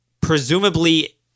Presumably